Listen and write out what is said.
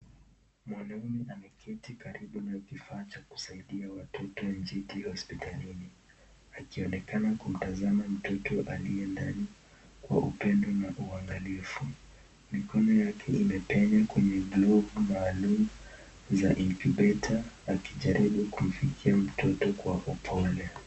Mwanaume ameketi karibu na kifaa cha kusaidia watoto wa jike hospitalini wakionekana kumtazama mtoto aliye ndani kwa upendo na uangalifu, mikono yake imepenya kwenye glovu y maalum za incubator akijaribu kumfikia mtoto kwa upole.